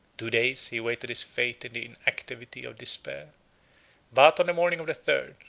two days he waited his fate in the inactivity of despair but, on the morning of the third,